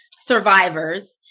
survivors